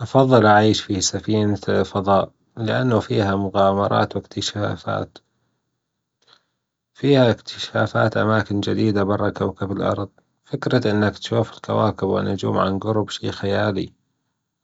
أفضل أعيش في سفينة فضاء، لأنه فيها مغامرات وإكتشافات، فيها إكتشافات أماكن جديدة برا كوكب الأرض، فكرة إنك تشوف الكواكب والنجوم عن جرب شي خيالي،